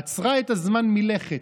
עצרה את הזמן מלכת,